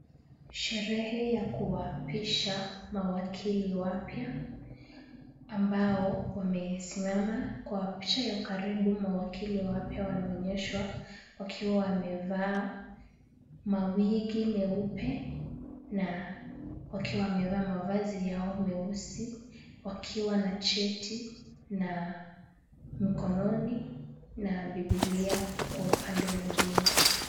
Sherehe ya kuwaapisha mawakili wapya ambao wamesimama. Kwa picha ya ukaribu mawakili wapya wanaonyeshwa wakiwa wamevaa mawigi meupe na wakiwa wamevaa mavazi yao meusi, wakiwa na cheti na mkononi na bibilia kwa upande mwingine.